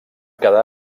quedar